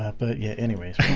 ah but yeah anyways